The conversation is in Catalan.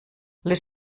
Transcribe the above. les